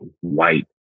white